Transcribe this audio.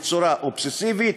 בצורה אובססיבית,